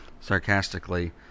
sarcastically